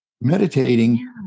Meditating